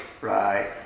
right